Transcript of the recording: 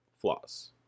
flaws